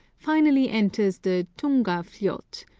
finally enters the tungafljot,